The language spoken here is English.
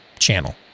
channel